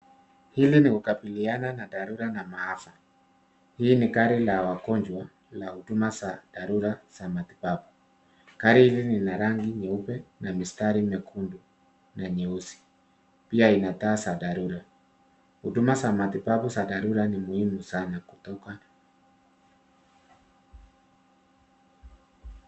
Hii ni hali ya kukabiliana na dharura na maafa. Hili ni gari la wagonjwa la huduma za dharura za matibabu, gari hili lina rangi nyeupe na mistari mwekundu na mweusi pia lina taa za dharura. Huduma za matibabu ya dharura ni muhimu sana kutolewa.